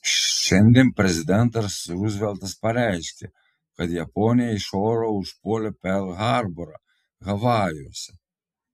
šiandien prezidentas ruzveltas pareiškė kad japonija iš oro užpuolė perl harborą havajuose